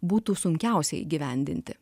būtų sunkiausia įgyvendinti